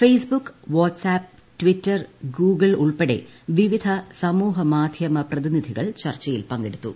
face book WhatsApp Twitter Google ഉൾപ്പെടെ വിവിധ സമൂഹ മാധ്യമ പ്രതിനിധികൾ ചർച്ചയിൽ പങ്കെടുത്തു